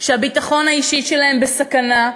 שהביטחון האישי שלהם בסכנה,